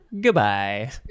Goodbye